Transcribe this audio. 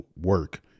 work